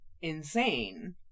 insane